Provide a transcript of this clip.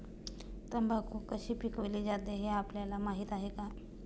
तंबाखू कशी पिकवली जाते हे आपल्याला माहीत आहे का?